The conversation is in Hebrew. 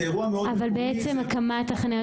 זה אירוע מאוד מקומי --- אבל הקמת החניות,